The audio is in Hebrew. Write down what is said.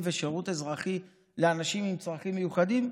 ושירות אזרחי לאנשים עם צרכים מיוחדים?